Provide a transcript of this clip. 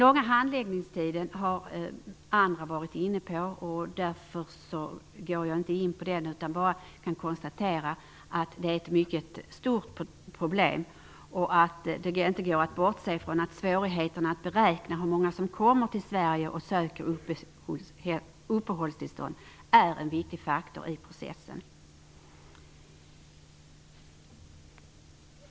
Andra talare har varit inne på den långa handläggningstiden. Därför konstaterar jag bara att detta är ett mycket stort problem. Det går inte att bortse ifrån att svårigheterna att beräkna hur många som kommer till Sverige och söker uppehållstillstånd är en viktig faktor i processen.